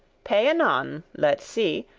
pay anon, let see,